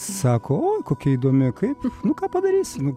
sako oi kokia įdomi kaip nu ką padarysi nu